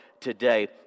today